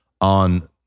on